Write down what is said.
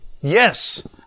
Yes